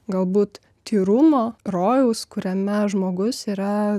galbūt tyrumo rojaus kuriame žmogus yra